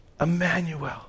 Emmanuel